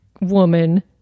woman